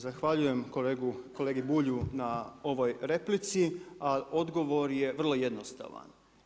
Zahvaljujem kolegi Bulju na ovoj replici, ali odgovor je vrlo jednostavan.